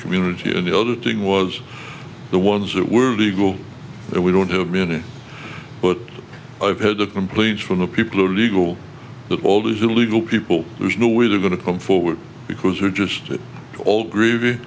community and the other thing was the ones that were legal we don't have many but i've had a complete from the people who are legal that all these illegal people there's no way they're going to come forward because we're just all gr